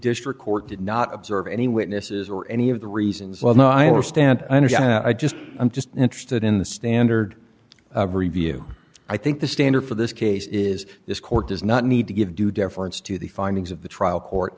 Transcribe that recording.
district court did not observe any witnesses or any of the reasons well no i understand i understand i just i'm just interested in the standard review i think the standard for this case is this court does not need to give due deference to the findings of the trial court